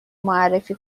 معرفی